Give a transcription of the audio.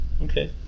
Okay